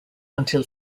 until